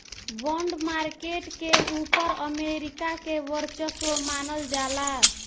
bond market के ऊपर America के वर्चस्व मानल जाला